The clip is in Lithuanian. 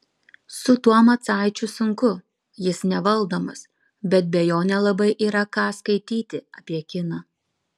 su tuo macaičiu sunku jis nevaldomas bet be jo nelabai yra ką skaityti apie kiną